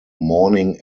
morning